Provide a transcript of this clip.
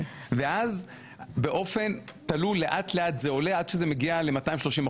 - -ואז באופן תלול לאט לאט זה עולה עד שזה מגיע ל-230%,